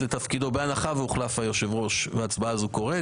בהנחה והוחלף היושב ראש וההצבעה הזאת קורית,